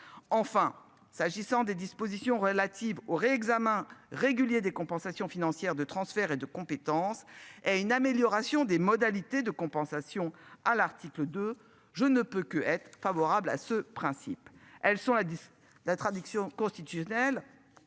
Enfin s'agissant des dispositions relatives au réexamen régulier des compensations financières de transfert et de compétences et une amélioration des modalités de compensation à l'article de. Je ne peux qu'être favorable à ce principe, elles sont là. La tradition constitutionnelle.